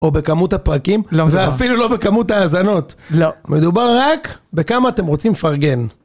או בכמות הפרקים, ואפילו לא בכמות האזנות. לא. מדובר רק בכמה אתם רוצים לפרגן.